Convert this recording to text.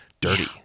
dirty